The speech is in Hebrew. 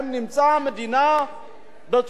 המדינה בצורה מופגנת,